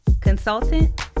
consultant